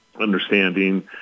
understanding